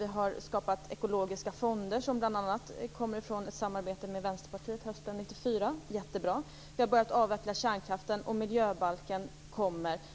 Vi har skapat ekologiska fonder, som bl.a. har sin grund i ett samarbete med Vänsterpartiet hösten 1994. Det är jättebra. Vi har börjat avveckla kärnkraften, och miljöbalken kommer.